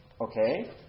Okay